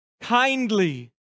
kindly